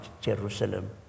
Jerusalem